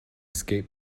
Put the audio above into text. skate